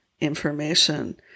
information